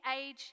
age